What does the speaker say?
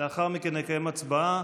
לאחר מכן נקיים הצבעה